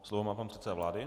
Slovo má pan předseda vlády.